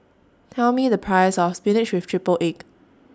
Tell Me The Price of Spinach with Triple Egg